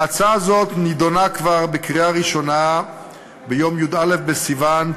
ההצעה הזאת נדונה כבר בקריאה הראשונה ביום י"א בסיוון,